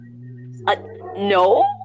No